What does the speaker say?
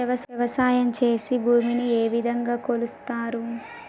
వ్యవసాయం చేసి భూమిని ఏ విధంగా కొలుస్తారు?